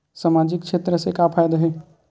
सामजिक क्षेत्र से का फ़ायदा हे?